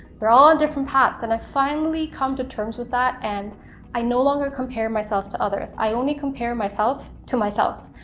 we're all on different paths, and i've finally come to terms with that, and i no longer compare myself to others. i only compare myself to myself.